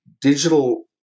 digital